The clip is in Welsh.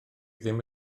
ddim